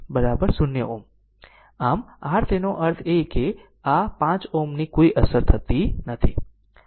આમ R તેનો અર્થ એ કે આ 5 Ω ની કોઈ અસર નથી